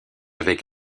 avec